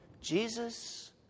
Jesus